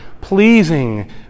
pleasing